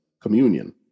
communion